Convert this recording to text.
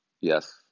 Yes